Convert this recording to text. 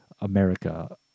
America